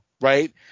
right